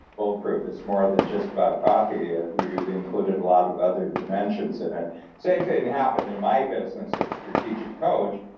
bulletproof is more than just about coffee. ah you've included a lot of other dimensions in it same thing happened in my business of strategic coach,